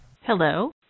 Hello